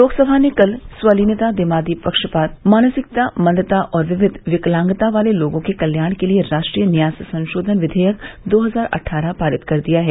लोकसभा ने कल स्वलीनता दिमागी पक्षाघात मानसिक मंदता और विविध विकलांगता वाले लोगों के कल्याण के लिए राष्ट्रीय न्यास संशोघन विघेयक दो हजार अटठारह पारित कर दिया है